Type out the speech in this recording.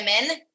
women